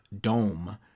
Dome